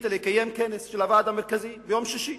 החליטה לקיים כנס של הוועד המרכזי ביום שישי.